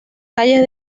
calles